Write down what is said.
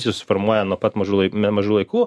susiformuoja nuo pat mažų lai mažų laikų